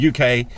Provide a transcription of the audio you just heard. UK